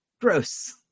gross